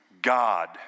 God